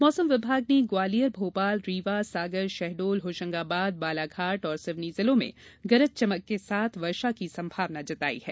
मौसम विभाग ने ग्वालियर भोपाल रीवा सागर शहडोल होशंगाबाद बालाघाट और सिवनी जिलों में गरज चमक के साथ वर्षा की सम्भावना जताई है